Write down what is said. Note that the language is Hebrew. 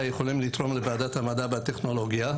יכולים לתרום לוועדת המדע והטכנולוגיה?